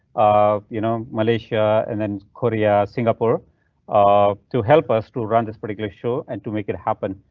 um you know malaysia and then korea singapore um to help us to run this particular show and to make it happen.